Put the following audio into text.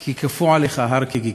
כי כפו עליך הר כגיגית.